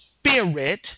spirit